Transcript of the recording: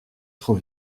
trop